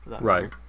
Right